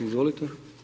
Izvolite.